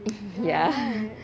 ya